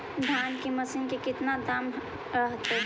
धान की मशीन के कितना दाम रहतय?